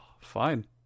Fine